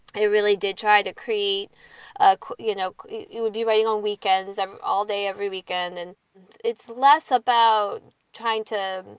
i really did try to create ah you know, you would be writing on weekends all day, every weekend. and it's less about trying to,